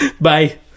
Bye